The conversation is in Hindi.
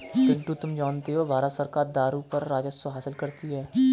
पिंटू तुम जानते हो भारत सरकार दारू पर राजस्व हासिल करती है